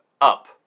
up